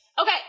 Okay